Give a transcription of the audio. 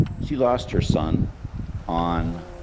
she lost her son on